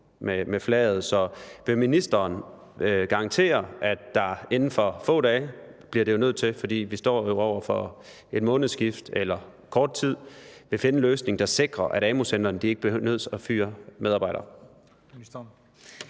Så vil ministeren garantere, at der inden for få dage – bliver det jo nødt til at være, fordi vi jo står over for et månedsskifte – eller i hvert fald kort tid vil kunne findes en løsning, der sikrer, at amu-centrene ikke behøver at fyre medarbejdere?